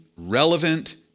Relevant